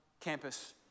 campus